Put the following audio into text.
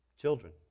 Children